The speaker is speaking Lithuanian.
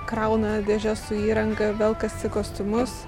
krauna dėžes su įranga velkasi kostiumus